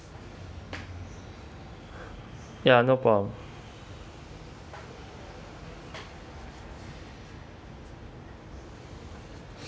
ya no problem